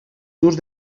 durs